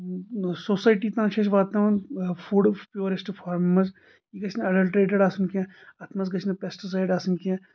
society تانۍ چھِ أسۍ واتناوان فوٚڑ پیوریٚسٹ فارمہِ منٛز یہِ گژھنہٕ اڈلٹریٚٹڑ آسُن کینٛہہ اتھ منٛز گٔژھنہٕ پیٚسٹ سایڈ آسٕنۍ کینٛہہ